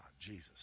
Jesus